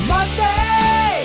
Monday